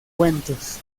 cuentos